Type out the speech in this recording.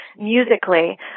musically